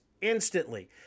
instantly